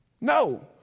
No